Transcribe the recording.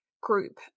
group